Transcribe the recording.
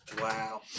Wow